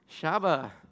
Shabbat